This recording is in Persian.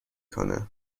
کنه